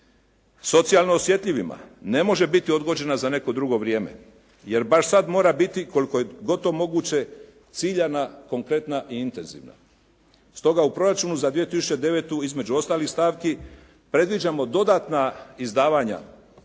socijalno osjetljivima ne može biti odgođena za neko drugo vrijeme jer baš sad mora biti koliko je god to moguće ciljana, konkretna i intenzivna. Stoga u proračunu za 2009. između ostalih stavki predviđamo dodatna izdavanja,